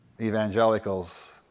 Evangelicals